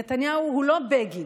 נתניהו הוא לא בגין.